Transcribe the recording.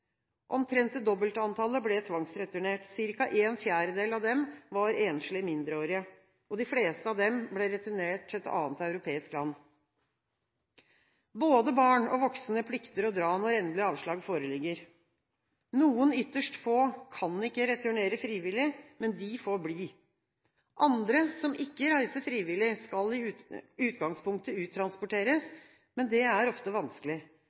Omtrent det dobbelte antallet ble tvangsreturnert – ca. en fjerdedel av dem var enslige mindreårige. De fleste av dem ble returnert til et annet europeisk land. Både barn og voksne plikter å dra når endelig avslag foreligger. Noen ytterst få kan ikke returnere frivillig, men de får bli. Andre, som ikke reiser frivillig, skal i utgangspunktet uttransporteres, men det er ofte vanskelig.